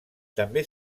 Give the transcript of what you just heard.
també